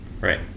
Right